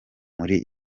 muri